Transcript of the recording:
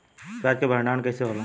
प्याज के भंडारन कइसे होला?